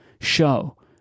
show